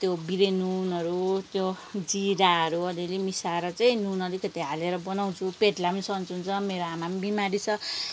त्यो बिरेनुनहरू त्यो जिराहरू अलिअलि मिसाएर चाहिँ नुन अलिकति हालेर बनाउँछु पेटलाई पनि सन्चो हुन्छ मेरो आमा पनि बिमारी छ